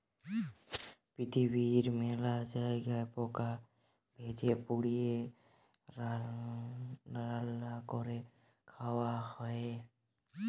পিরথিবীর মেলা জায়গায় পকা ভেজে, পুড়িয়ে, রাল্যা ক্যরে খায়া হ্যয়ে